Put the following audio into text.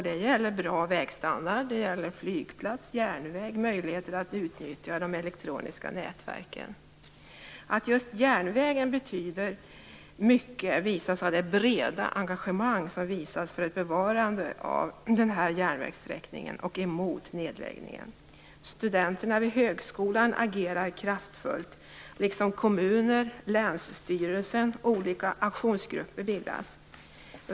Det gäller bra vägstandard, flygplats, järnväg och möjligheter att utnyttja de elektroniska nätverken. Att just järnvägen betyder mycket kan ses av det breda engagemang som visas bevarandet av denna järnvägssträckning och mot nedläggning. Studenterna vid högskolan agerar kraftfullt, liksom kommuner och länsstyrelsen, och olika aktionsgrupper bildas.